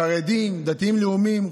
חרדים, דתיים לאומיים.